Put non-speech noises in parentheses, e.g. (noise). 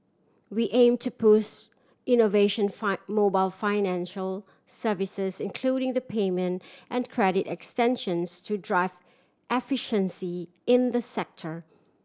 we aim to push innovation (unintelligible) mobile financial services including the payment and credit extensions to drive efficiency in the sector